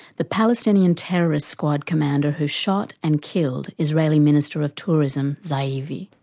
the palestinian terrorist squad commander who shot and killed israeli minister of tourism, ze'evy.